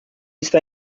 está